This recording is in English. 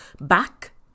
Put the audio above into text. back